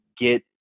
get